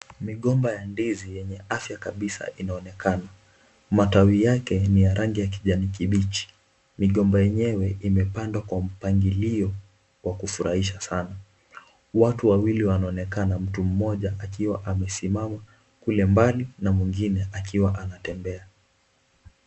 Migomba ya ndizi yenye afya kabisa inaonekana. Matawi yake ni ya rangi ya kijani kibichi. Migomba yenyewe imepandwa kwa mpangilio wa kufurahisha sana. Watu wawili wanaoonekana wakiwa mtu mmoja akiwa amesimama kule mbali na mwengine akiwa anatembea.